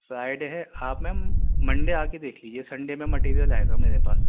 fry day ہے آپ ma'am Monday آ کے دیکھ لیجیے سن ڈے میں مٹیریل آئے گا میرے پاس